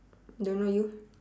don't know you